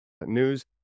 news